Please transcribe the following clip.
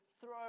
throw